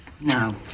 No